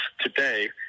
today